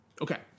Okay